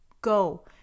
Go